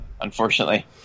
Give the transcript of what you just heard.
unfortunately